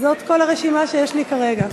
זאת כל הרשימה שיש לי כרגע.